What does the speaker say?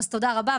אז תודה רבה.